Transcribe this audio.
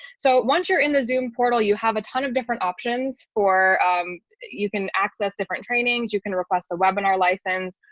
so once you're in the zoom portal, you have a ton of different options for you can access different trainings, you can request a webinar license.